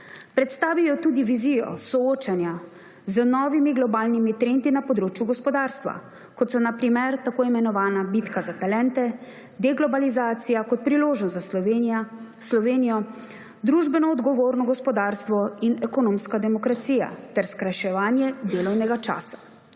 Predstavil je tudi vizijo soočanja z novimi globalnimi trendi na področju gospodarstva, kot so na primer tako imenovana bitka za talente, deglobalizacija kot priložnost za Slovenijo, družbeno odgovorno gospodarstvo in ekonomska demokracija ter skrajševanje delovnega časa.